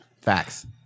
Facts